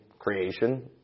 creation